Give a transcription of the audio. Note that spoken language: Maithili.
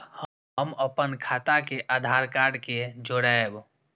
हम अपन खाता के आधार कार्ड के जोरैब?